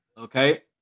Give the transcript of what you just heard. Okay